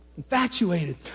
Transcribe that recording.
Infatuated